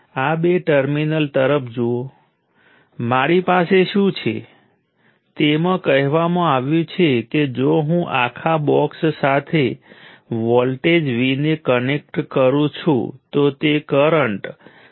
આ બે ટર્મિનલ વાળા એલિમેન્ટ માટે છે જે માત્ર એક વોલ્ટેજ અને એક કરંટ ધરાવે છે